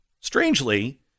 strangely